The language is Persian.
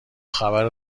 خبر